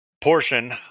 portion